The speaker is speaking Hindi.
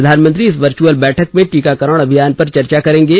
प्रधानमंत्री इस वर्चअुल बैठक में टीकाकरण अभियान पर चर्चा करेंगे